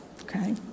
okay